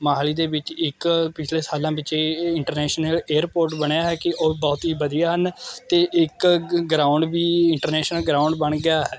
ਮੋਹਾਲੀ ਦੇ ਵਿੱਚ ਇੱਕ ਪਿਛਲੇ ਸਾਲਾਂ ਵਿੱਚ ਇਹ ਇੰਟਰਨੈਸ਼ਨਲ ਏਅਰਪੋਰਟ ਬਣਿਆ ਹੈ ਕਿ ਉਹ ਬਹੁਤ ਹੀ ਵਧੀਆ ਹਨ ਅਤੇ ਇੱਕ ਗ ਗਰਾਊਂਡ ਵੀ ਇੰਟਰਨੈਸ਼ਨਲ ਗਰਾਊਂਡ ਬਣ ਗਿਆ ਹੈ